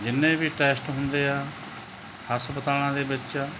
ਜਿੰਨੇ ਵੀ ਟੈਸਟ ਹੁੰਦੇ ਆ ਹਸਪਤਾਲਾਂ ਦੇ ਵਿੱਚ